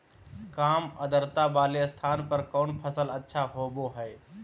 काम आद्रता वाले स्थान पर कौन फसल अच्छा होबो हाई?